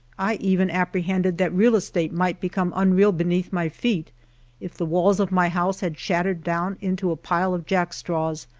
i even apprehended that real estate might become unreal beneath my feet if the walls of my house had shattered down into a pile of jack straws,